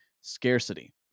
scarcity